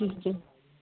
ਠੀਕ ਹੈ